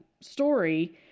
story